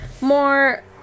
more